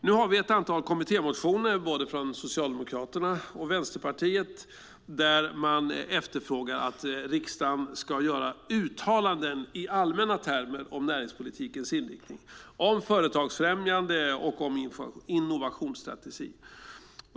Nu har vi ett antal kommittémotioner från både Socialdemokraterna och Vänsterpartiet där man efterfrågar att riksdagen ska göra uttalanden i allmänna termer om näringspolitikens inriktning, om företagsfrämjande och om innovationsstrategi.